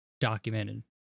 documented